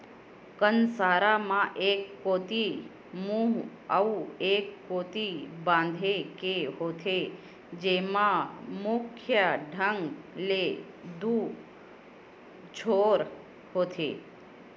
कांसरा म एक कोती मुहूँ अउ ए कोती बांधे के होथे, जेमा मुख्य ढंग ले दू छोर होथे